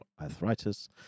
arthritis